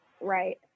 right